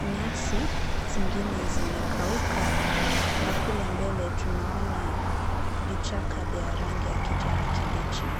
nyasi zingine zimekauka na kule mbele tunaona vichaka vya rangi ya kijani kibichi.